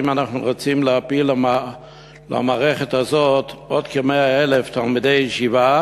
האם אנחנו רוצים להפיל למערכת הזאת עוד כ-100,000 תלמידי ישיבה,